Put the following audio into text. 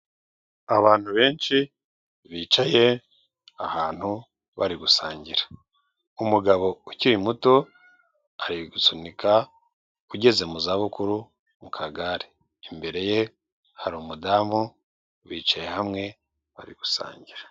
Abantu benshi bicaye ahantu bari gusangira, umugabo ukiri muto ari gusunika ugeze mu zabukuru mu kagare, imbere ye hari umudamu bicaye hamwe bari gusangira.